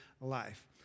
life